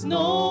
no